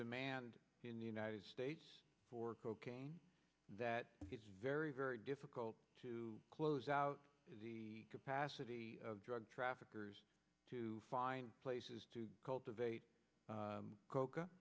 demand in the united states for cocaine that it's very very difficult to close out the capacity of drug traffickers to find places to cultivate